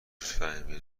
فهیمه